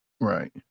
Right